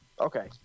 Okay